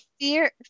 fear